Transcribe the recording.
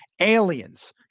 aliens